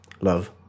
love